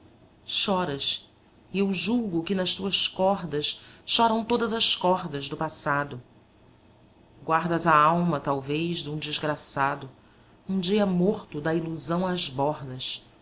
e eu julgo que nas tuas cordas choram todas as cordas do passado guardas a alma talvez dum desgraçado um dia morto da ilusão às bordas